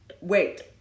wait